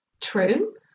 true